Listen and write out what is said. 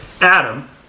Adam